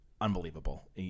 unbelievable